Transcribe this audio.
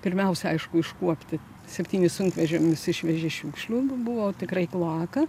pirmiausia aišku iškuopti septynis sunkvežimius išvežė šiukšlių buvo tikrai kloaka